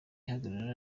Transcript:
ihagarara